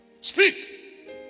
speak